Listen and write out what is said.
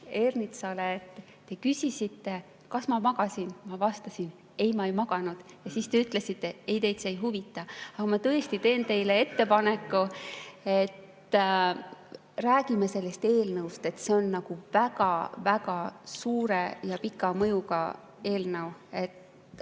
Ernitsale. Te küsisite, kas ma magasin. Ma vastasin: ei, ma ei maganud. Siis te ütlesite, et teid see ei huvita. Aga ma tõesti teen teile ettepaneku, et räägime sellest eelnõust, see on väga suure ja pika mõjuga eelnõu.